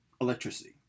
electricity